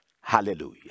Hallelujah